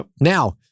Now